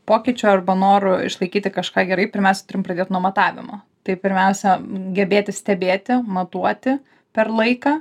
pokyčiu arba noru išlaikyti kažką gerai pirmiausia turim pradėt nuo matavimo tai pirmiausia gebėti stebėti matuoti per laiką